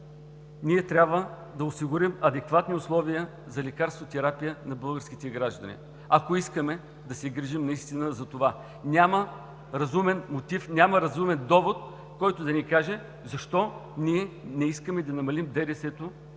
ние трябва да осигурим адекватни условия за лекарствотерапия на българските граждани, ако наистина искаме да се грижим за това. Няма разумен мотив, няма разумен довод, който да ни каже защо ние не искаме да намалим ДДС-то